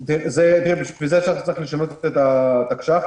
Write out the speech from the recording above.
בשביל זה צריך לשנות את התקש"ח,